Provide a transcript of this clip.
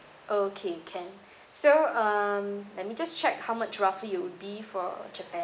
okay can so um let me just check how much roughly it would be for japan